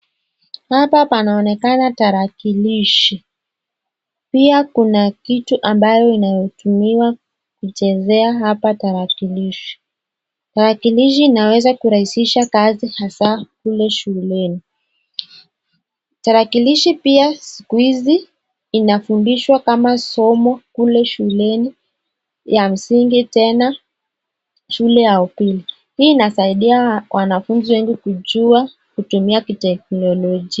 Hapa panaonekana tarakilishi, pia kuna kitu ambayo inayotumiwa kuchezea hapa tarakilishi. Tarakilishi inaweza kurahisisha kazi hasa kule shuleni , tarakilishi pia siku hizi inafudishwa kama somo kule shuleni ya msingi tena shule ya upili. Hii inasaidia wanafunzi wengi kujua kutumia kiteknolojia.